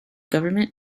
government